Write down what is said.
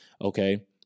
okay